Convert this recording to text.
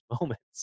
moments